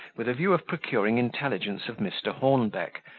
with a view of procuring intelligence of mr. hornbeck,